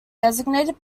designated